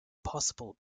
possible